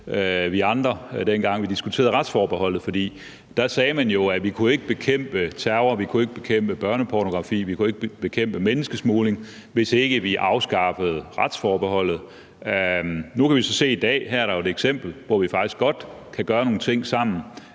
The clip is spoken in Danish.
os andre, dengang vi diskuterede retsforbeholdet, for der sagde man jo, at vi ikke kunne bekæmpe terror, at vi ikke kunne bekæmpe børnepornografi, at vi ikke kunne bekæmpe menneskesmugling, hvis ikke vi afskaffede retsforbeholdet. Nu kan vi så se i dag – og her er der jo et eksempel – at vi faktisk godt kan gøre nogle ting sammen,